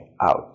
out